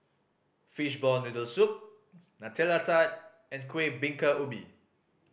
fishball noodle soup Nutella Tart and Kueh Bingka Ubi